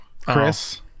chris